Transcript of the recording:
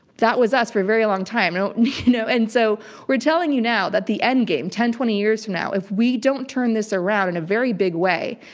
that was us for a very long time. and you know and so we're telling you now that the end game, ten, twenty years from now, if we don't turn this around in a very big way,